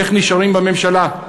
איך נשארים בממשלה?